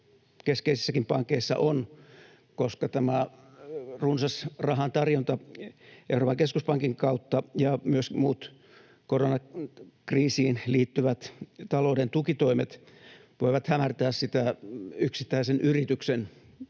keskeisissäkin pankeissa on, koska tämä runsas rahan tarjonta Euroopan keskuspankin kautta ja myös muut koronakriisiin liittyvät talouden tukitoimet voivat hämärtää sitä yksittäisen yrityksen